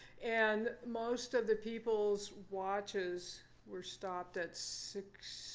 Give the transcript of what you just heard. and most of the people's watches were stopped at six